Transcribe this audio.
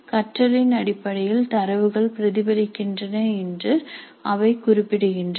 கற்றலின் அடிப்படையில் தரவுகள் பிரதிபலிக்கின்றன என்று அவை குறிப்பிடுகின்றன